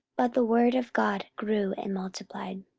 but the word of god grew and multiplied.